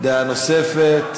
דעה נוספת.